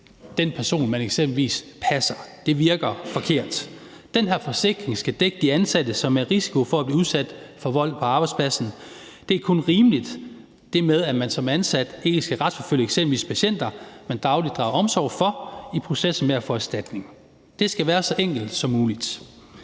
den person, man eksempelvis passer. Det virker forkert. Den her forsikring skal dække de ansatte, som er i risiko for at blive udsat for vold på arbejdspladsen. Det er kun rimeligt, at man som ansat ikke skal retsforfølge eksempelvis patienter, man dagligt drager omsorg for, i processen med at få erstatning. Det skal være så enkelt som muligt.